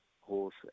horse